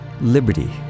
liberty